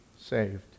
saved